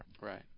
Right